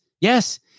Yes